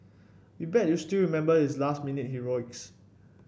we bet you still remember his last minute heroics